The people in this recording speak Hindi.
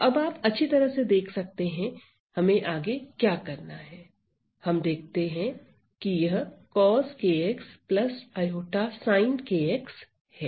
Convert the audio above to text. तो अब आप अच्छी तरह से देख सकते हैं हमें आगे क्या करना है हम देखते हैं कि यह coskx i sink x है